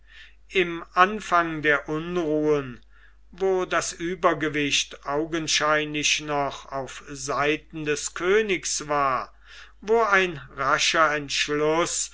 im anfang der unruhen wo das uebergewicht augenscheinlich noch auf seiten des königs war wo ein rascher entschluß